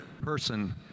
person